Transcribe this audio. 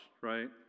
right